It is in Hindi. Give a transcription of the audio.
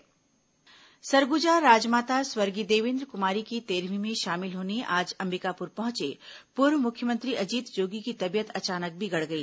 अजीत जोगी तबीयत सरगुजा राजमाता स्वर्गीय देवेन्द्र कुमारी की तेरहवीं में शामिल होने आज अंबिकापुर पहुंचे पूर्व मुख्यमंत्री अजीत जोगी की तबीयत अचानक बिगड़ गई